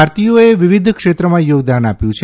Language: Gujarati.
ભારતીયોએ વિવિધ ક્ષેત્રમાં યોગદાન આપ્યું છે